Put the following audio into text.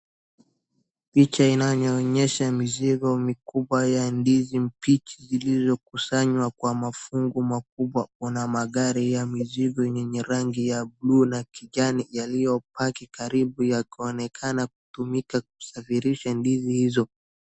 Picha inayoonyesha mizigo mikubwa ya ndizi mbichi zilizokusanywa kwa mafungu makubwa kuna magari ya mizigo yenye rangi ya blue na kijani yaliyopaki karibu yakionekana kutumika kusafirisha ndizi hizo.